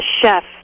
chef